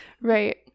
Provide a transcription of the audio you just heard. Right